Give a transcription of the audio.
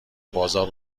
بازار